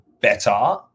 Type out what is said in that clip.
better